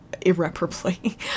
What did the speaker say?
irreparably